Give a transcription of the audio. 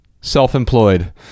self-employed